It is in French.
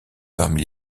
parmi